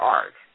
art